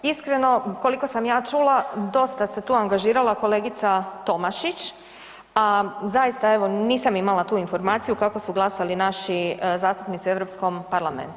Pa iskreno koliko sam ja čula dosta se tu angažirala kolegica Tomašić, a zaista evo nisam imala tu informaciju kako su glasali naši zastupnici u Europskom parlamentu.